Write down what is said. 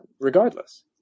regardless